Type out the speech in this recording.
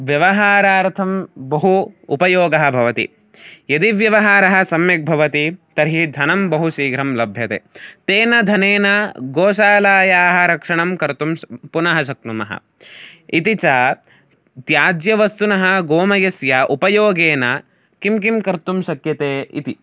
व्यवहारार्थं बहु उपयोगः भवति यदि व्यवहारः सम्यक् भवति तर्हि धनं बहु शीघ्रं लभ्यते तेन धनेन गोशालायाः रक्षणं कर्तुं सः पुनः शक्नुमः इति च त्याज्यवस्तुनः गोमयस्य उपयोगेन किं किं कर्तुं शक्यते इति